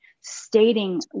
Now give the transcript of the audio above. stating